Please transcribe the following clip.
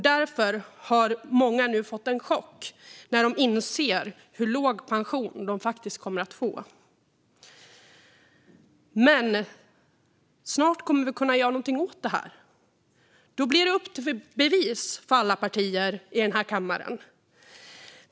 Därför har många nu fått en chock när de inser hur låg pension de faktiskt kommer att få. Men snart kommer vi att kunna göra någonting åt detta. Då blir det upp till bevis för alla partier i denna kammare.